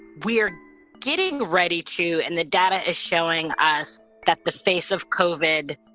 we're getting ready to and the data is showing us that the face of colvard,